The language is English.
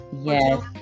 Yes